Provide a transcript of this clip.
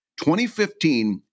2015